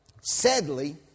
Sadly